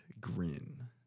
Grin